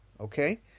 Okay